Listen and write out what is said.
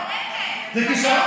היא צודקת.